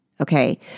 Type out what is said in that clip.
Okay